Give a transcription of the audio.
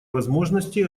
возможности